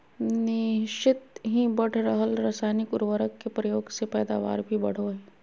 निह्चित ही बढ़ रहल रासायनिक उर्वरक के प्रयोग से पैदावार भी बढ़ो हइ